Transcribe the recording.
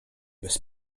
bez